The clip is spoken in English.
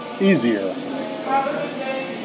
easier